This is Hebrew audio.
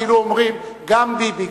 כאילו אומרים: גם ביבי,